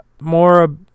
more